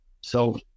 So-